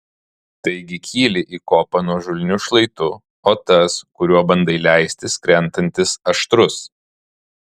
taigi kyli į kopą nuožulniu šlaitu o tas kuriuo bandai leistis krentantis aštrus